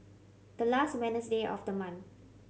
the last Wednesday of the month